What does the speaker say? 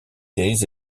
séries